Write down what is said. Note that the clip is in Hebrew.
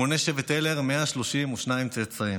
מונה שבט הלר 132 צאצאים,